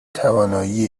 توانایی